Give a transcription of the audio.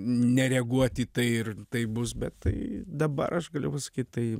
nereaguoti į tai ir tai bus bet tai dabar aš galiu pasakyt tai